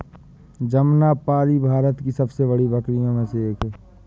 जमनापारी भारत की सबसे बड़ी बकरियों में से एक है